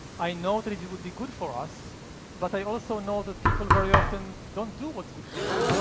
i know that it it would be good for us but i also know that people very often don't do what's good for them.